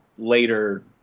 later